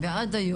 תודה.